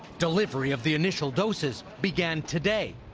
delivery of the initial doses began today.